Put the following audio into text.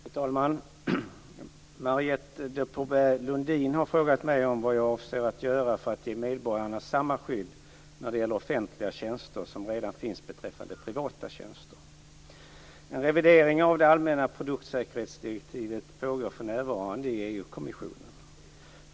Fru talman! Marietta de Pourbaix-Lundin har frågat mig vad jag avser att göra för att ge medborgarna samma skydd när det gäller offentliga tjänster som redan finns beträffande privata tjänster. En revidering av det allmänna produktsäkerhetsdirektivet pågår för närvarande inom EU kommissionen.